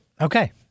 Okay